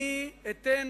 אני אתן